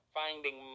finding